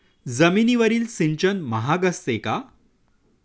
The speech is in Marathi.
जमिनीवरील सिंचन महाग असते का?